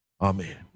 Amen